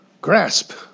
grasp